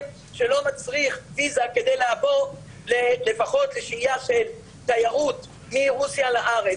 שלא מצריך ויזה כדי לעבור לפחות לשהייה של תיירות מרוסיה לארץ.